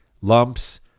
Lumps